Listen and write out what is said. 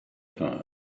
time